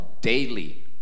daily